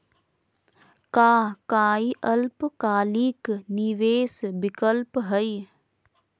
का काई अल्पकालिक निवेस विकल्प हई?